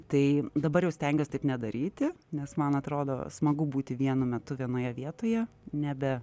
tai dabar jau stengiuos taip nedaryti nes man atrodo smagu būti vienu metu vienoje vietoje nebe